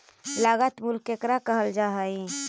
लागत मूल्य केकरा कहल जा हइ?